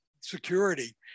security